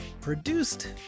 produced